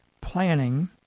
planning